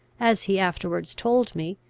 as he afterwards told me,